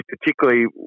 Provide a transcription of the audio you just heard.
particularly